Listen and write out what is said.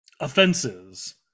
offenses